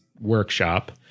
workshop